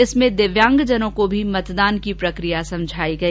इसमें दिव्यांगजनों को भी मतदान की प्रक्रिया समझाई गई